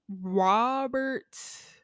robert